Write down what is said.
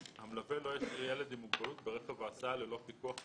המלווה לא ישאיר ילד עם מוגבלות ברכב ההסעה ללא פיקוח והשגחה.